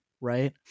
Right